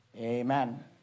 Amen